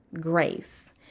grace